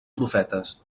profetes